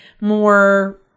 more